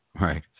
Right